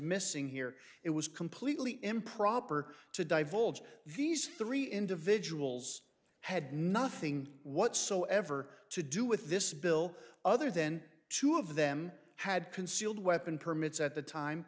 missing here it was completely improper to divulge these three individuals had nothing whatsoever to do with this bill other than two of them had concealed weapon permits at the time